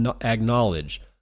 acknowledge